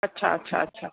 अच्छा अच्छा अच्छा